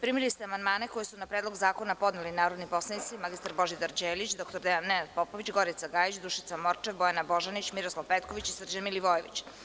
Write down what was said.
Primili ste amandmane koje su na Predlog zakona podneli narodni poslanici: mr Božidar Đelić, dr Nenad Popović, Gorica Gajić, Dušica Morčev, Bojana Božanić, Miroslav Petković i Srđan Milivojević.